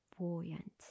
buoyant